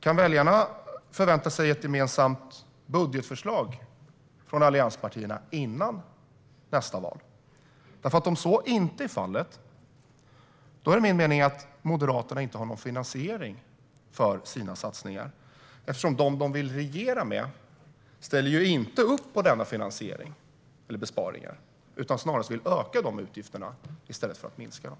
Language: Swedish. Kan väljarna vänta sig ett gemensamt budgetförslag från allianspartierna före nästa val? Om så inte är fallet har ju Moderaterna ingen finansiering för sina satsningar, för de som de vill regera med ställer inte upp på besparingarna utan vill snarast öka utgifterna i stället för att minska dem.